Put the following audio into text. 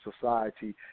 society